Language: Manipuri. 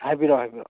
ꯍꯥꯏꯕꯤꯔꯣ ꯍꯥꯏꯕꯤꯔꯣ